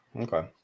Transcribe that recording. Okay